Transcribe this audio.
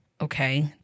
okay